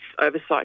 oversight